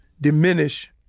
diminish